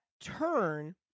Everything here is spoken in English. turn